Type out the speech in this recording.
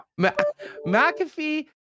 mcafee